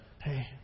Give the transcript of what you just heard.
Hey